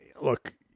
Look